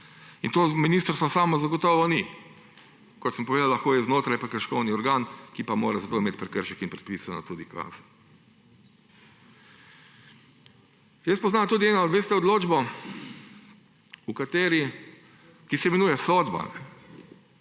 in to ministrstvo samo zagotovo ni. Kot sem povedal, lahko je znotraj prekrškovni organ, ki pa mora za to imeti prekršek in predpisano tudi kazen. Jaz poznam tudi eno odločbo, ki se imenuje sodba,